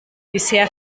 bisher